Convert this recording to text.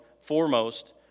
foremost